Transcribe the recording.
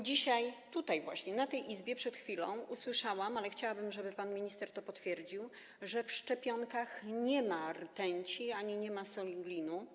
Dzisiaj - właśnie tutaj, w tej Izbie - przed chwilą usłyszałam, ale chciałabym, żeby pan minister to potwierdził, że w szczepionkach nie ma rtęci ani nie ma soli glinu.